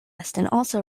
also